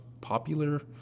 popular